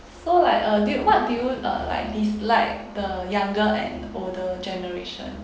so like uh do you what do you uh dislike the younger and older generation